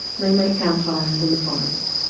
they make campfires in the forest,